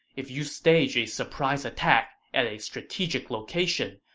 if you stage a surprise attack at a strategic location,